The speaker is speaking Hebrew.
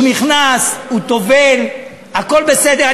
הוא נכנס, הוא טובל, הכול בסדר.